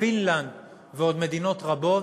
פינלנד ועוד מדינות רבות,